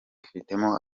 ifitemo